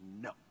No